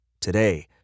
Today